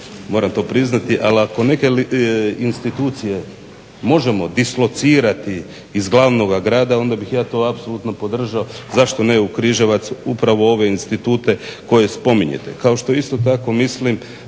moram to priznati, ali ako neke institucije možemo dislocirati iz glavnoga grada onda bih ja to apsolutno podržao zašto ne u Križevce uprave ove institute koje spominjete. Kao što isto tako mislim,